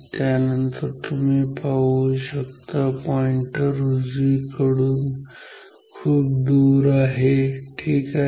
त्यानंतर तुम्ही पाहू शकता पॉईंटर उजवीकडून दूर आहे ठीक आहे